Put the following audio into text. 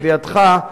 לידיעתך,